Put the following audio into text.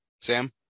Sam